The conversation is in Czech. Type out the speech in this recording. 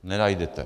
Nenajdete.